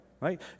right